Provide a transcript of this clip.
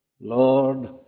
Lord